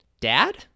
Dad